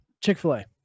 Chick-fil-A